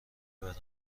برم